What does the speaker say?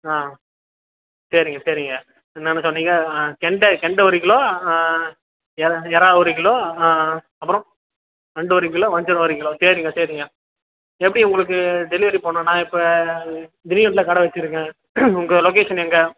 ஆ சரிங்க சரிங்க என்னென்ன சொன்னீங்க கெண்டை கெண்டை ஒரு கிலோ எறா எறால் ஒரு கிலோ அப்புறம் நண்டு ஒரு கிலோ வஞ்சிரம் ஒரு கிலோ சரிங்க சரிங்க எப்படி உங்களுக்கு டெலிவரி பண்ணணும் நான் இப்போ கடை வச்சுருக்கேன் உங்கள் லொகேஷன் எங்கே